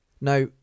Now